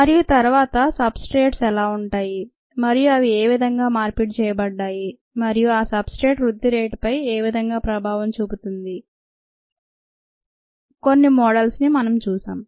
మరియు తరువాత substrates ఎలా ఉంటాయి మరియు అవి ఏవిధంగా మార్పిడి చేయబడ్డాయి మరియు ఆ సబ్స్ట్రేట్ వృద్ధి రేటుపై ఏవిధంగా ప్రభావం చూపుతుంది కొన్ని మోడల్స్ ని మనం చూశాం